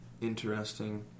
interesting